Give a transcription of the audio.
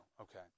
Okay